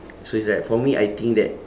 so it's like for me I think that